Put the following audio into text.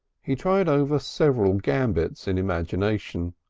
he tried over several gambits in imagination.